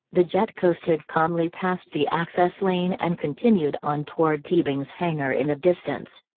the jet coasted calmly past the access lane and continued on toward teabing's hangar in the distance.